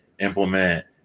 implement